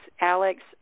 Alex